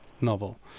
novel